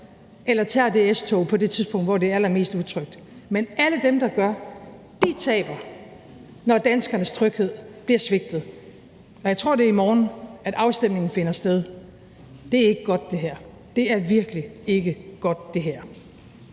eller tager S-toget på det tidspunkt, hvor det er allermest utrygt. Men alle dem, der gør, taber, når danskernes tryghed bliver svigtet. Jeg tror, det er i morgen, afstemningen finder sted. Det her er ikke godt, det er virkelig ikke godt. Når